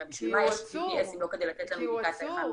הרי בשביל מה יש GPS אם לא כדי לתת לנו אינדיקציה היכן הוא מסתובב?